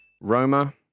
Roma